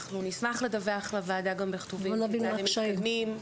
אנחנו נשמח לדווח לוועדה גם בכתובים כיצד הם מתקדמים,